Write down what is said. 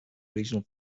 regional